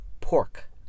pork